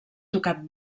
tocat